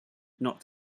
not